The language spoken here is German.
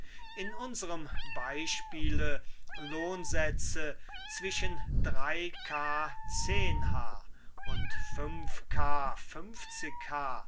in unserem beispiele lohnsätze zwischen k h und k